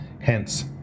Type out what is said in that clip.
hence